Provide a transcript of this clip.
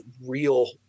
real